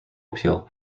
appeal